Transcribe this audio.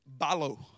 Balo